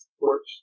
works